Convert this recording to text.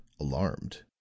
alarmed